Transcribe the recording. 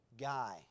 guy